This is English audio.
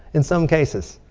in some cases.